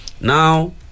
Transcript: Now